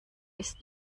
ist